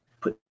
put